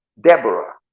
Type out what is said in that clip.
deborah